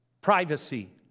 Privacy